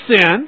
sin